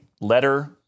letter